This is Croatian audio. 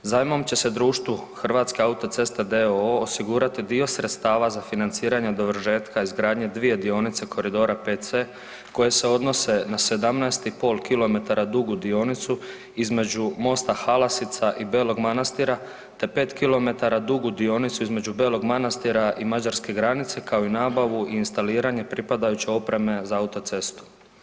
Zajmom će se društvu Hrvatske autoceste d.o.o. osigurati dio sredstava za financiranje dovršetka izgradnje dvije dionice koridora 5C koje se odnose na 17 i pol kilometara dugu dionice između mosta Halasica i Belog Manastira te 5 kilometara dugu dionicu između Belog Manastira i mađarske granice kao i nabavu i instaliranje pripadajuće opreme za autocestu.